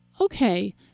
Okay